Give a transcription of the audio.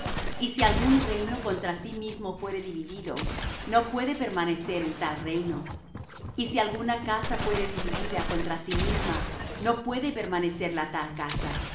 y si algún reino contra sí mismo fuere dividido no puede permanecer el tal reino y si alguna casa fuere dividida contra sí misma no puede permanecer la tal casa